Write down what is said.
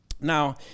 Now